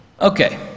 Okay